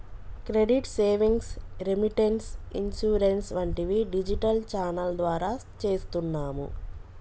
credit savings, remittance, insurance వంటివి digital channel ద్వారా చేస్తున్నాము